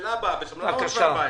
ב-8014,